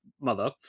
Mother